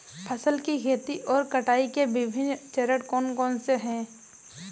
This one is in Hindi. फसल की खेती और कटाई के विभिन्न चरण कौन कौनसे हैं?